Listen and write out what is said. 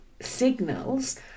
signals